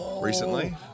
recently